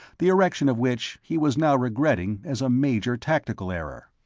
the erection of which he was now regretting as a major tactical error.